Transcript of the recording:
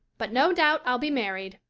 but no doubt i'll be married.